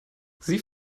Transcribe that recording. sie